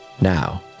Now